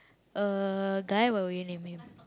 a guy what will you name him